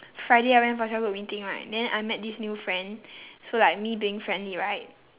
friday I went for cell group meeting right then I met this new friend so like me being friendly right